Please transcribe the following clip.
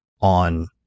on